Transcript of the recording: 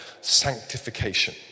sanctification